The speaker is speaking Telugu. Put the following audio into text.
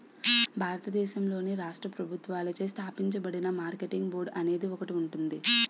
భారతదేశంలోని రాష్ట్ర ప్రభుత్వాలచే స్థాపించబడిన మార్కెటింగ్ బోర్డు అనేది ఒకటి ఉంటుంది